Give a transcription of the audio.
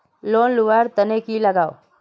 Loan लुवा र तने की लगाव?